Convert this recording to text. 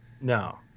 No